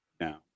now